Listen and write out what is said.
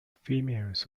females